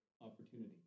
opportunity